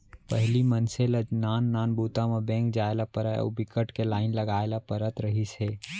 पहिली मनसे ल नान नान बूता म बेंक जाए ल परय अउ बिकट के लाईन लगाए ल परत रहिस हे